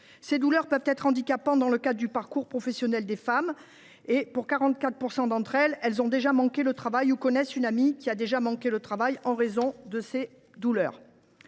Ces douleurs peuvent être handicapantes dans le cadre du parcours professionnel des femmes : ainsi, 44 % d’entre elles ont déjà manqué le travail ou connaissent une amie qui a déjà manqué le travail en raison de telles douleurs.